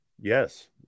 Yes